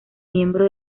miembro